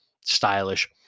stylish